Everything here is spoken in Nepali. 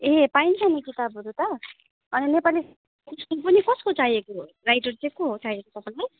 ए पाइन्छ नि किताबहरू त अनि नेपाली इतिहास कसको चाहिएको राइटर चाहिँ को चाहिएको तपाईँलाई